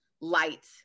light